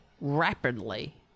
rapidly